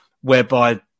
whereby